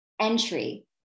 entry